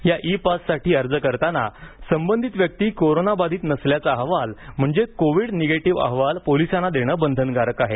या ई पाससाठी अर्ज करताना संबंधित व्यक्ती कोरोनाबाधित नसल्याचा अहवाल म्हणजेचं कोविड निगेटिव्ह अहवाल पोलिसांना देणं बंधनकारक आहे